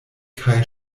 kaj